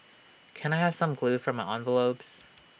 can I have some glue for my envelopes